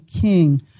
King